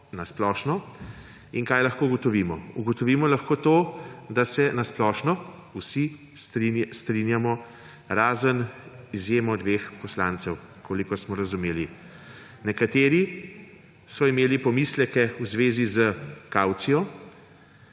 na splošno. In kaj lahko ugotovimo? Ugotovimo lahko to, da se na splošno vsi strinjamo, razen izjemo dveh poslancev, kolikor smo razumeli. Nekateri so imeli pomisleke v zvezi s kavcijo,